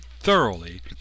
thoroughly